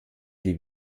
die